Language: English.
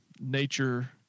nature